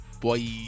Boy